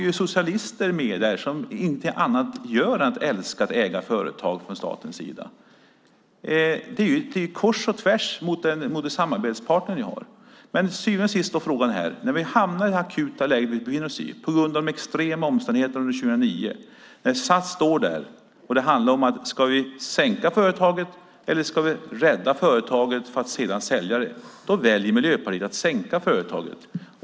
Där kommer att finnas socialister som ingenting annat gör än älskar att äga statliga företag. Er samarbetspartner tycker alltså det motsatta. När vi hamnar i det akuta läge vi nu befinner oss i på grund av extrema omständigheter under 2009, när SAS står där och det handlar om ifall vi ska sänka företaget eller rädda det för att sedan sälja det, då väljer Miljöpartiet att sänka företaget.